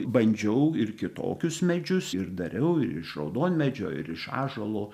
bandžiau ir kitokius medžius ir dariau ir iš raudonmedžio ir iš ąžuolo